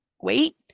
wait